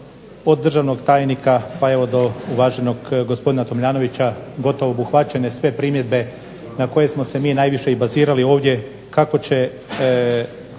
od državnog tajnika pa do uvaženog gospodina Tomljanovića gotovo obuhvaćene sve primjedbe na koje smo se mi obazirali ovdje kako će